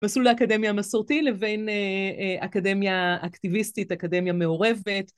מסלול לאקדמיה המסורתי לבין אקדמיה אקטיביסטית, אקדמיה מעורבת.